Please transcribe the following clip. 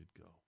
go